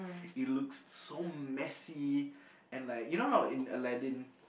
it looks so messy and like you know how in Aladdin